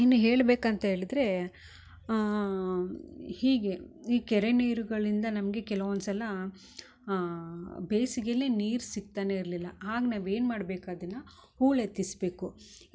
ಇನ್ನ ಹೇಳ್ಬೆಕು ಅಂತ ಹೇಳಿದರೆ ಹೀಗೆ ಈ ಕೆರೆ ನೀರುಗಳಿಂದ ನಮಗೆ ಕೆಲವೊಂದು ಸಲ ಬೇಸಿಗೆಯಲಿ ನೀರು ಸಿಗ್ತಾನೇ ಇರಲಿಲ್ಲ ಹಾಗೆ ನಾವು ಏನ್ಮಾಡ್ಬೇಕು ಅದನ್ನ ಹೂಳೆತ್ತಿಸ್ಬೇಕು